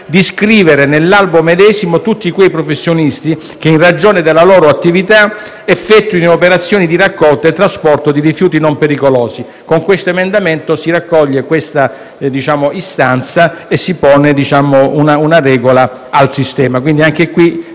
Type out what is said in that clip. di iscrivere nell'albo medesimo tutti quei professionisti che, in ragione della loro attività, effettuino operazioni di raccolta e trasporto di rifiuti non pericolosi. Con l'emendamento in esame si raccoglie questo parere e si pone una regola al sistema.